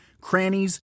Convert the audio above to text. crannies